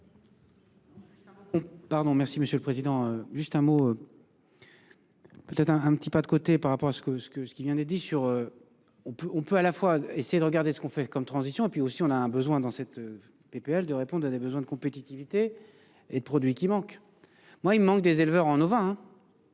Pardon. Merci Monsieur le Président. Juste un mot. Un petit pas de côté par rapport à ce que ce que ce qu'il y en ait dit sur. On peut, on peut à la fois essayer de regarder ce qu'on fait, comme transition et puis aussi on a un besoin dans cette PPL de répondre à des besoins de compétitivité. Et de produits qui manquent. Moi il me manque des éleveurs en novembre.